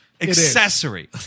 Accessory